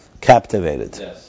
Captivated